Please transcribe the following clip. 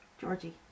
Georgie